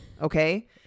okay